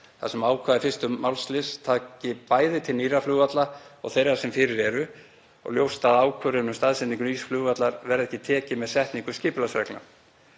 þar sem ákvæði 1. málsliðar taki bæði til nýrra flugvalla og þeirra sem fyrir eru og ljóst að ákvörðun um staðsetningu nýs flugvallar verði ekki tekin með setningu skipulagsreglna.